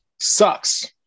Sucks